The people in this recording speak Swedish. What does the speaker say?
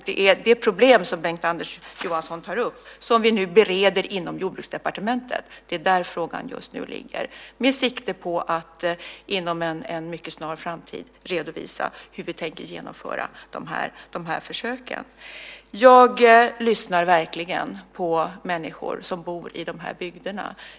Det är det problem som Bengt-Anders Johansson tar upp som vi nu bereder inom Jordbruksdepartementet - där frågan just nu ligger - med sikte på att inom en mycket snar framtid redovisa hur vi tänker genomföra försöken. Jag lyssnar verkligen på människor som bor i de här bygderna.